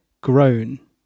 grown